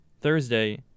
Thursday